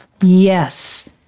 yes